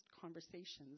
conversations